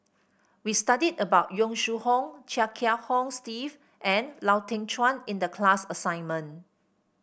we studied about Yong Shu Hoong Chia Kiah Hong Steve and Lau Teng Chuan in the class assignment